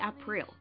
April